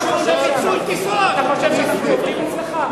עובדים אצלך?